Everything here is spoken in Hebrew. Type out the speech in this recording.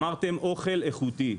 אמרתם: אוכל איכותי.